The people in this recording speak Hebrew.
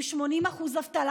עם 80% אבטלה,